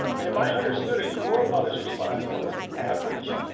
if i understood it, your mother's response was average.